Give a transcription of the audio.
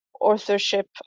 authorship